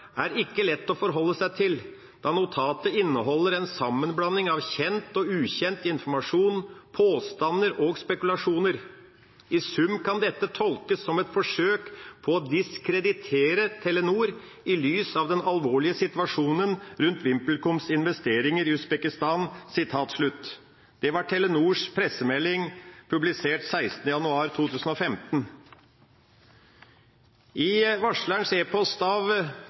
er ikke lett å forholde seg til, da notatet inneholder en sammenblanding av kjent og ukjent informasjon, påstander og spekulasjoner. I sum kan dette tolkes som et forsøk på å diskreditere Telenor i lys av den alvorlige situasjonen rundt VimpelComs investeringer i Usbekistan.» Det var Telenors pressemelding, publisert 16. januar 2015. I varslerens e-post av